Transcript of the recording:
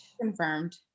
confirmed